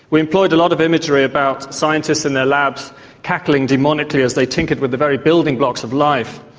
we employed a lot of imagery about scientists in their labs cackling demonically as they tinkered with the very building blocks of life.